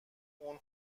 اون